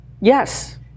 Yes